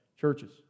churches